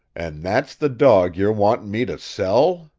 and that's the dog you're wanting me to sell?